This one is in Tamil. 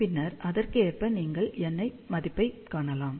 பின்னர் அதற்கேற்ப நீங்கள் n இன் மதிப்பபைக் காணலாம்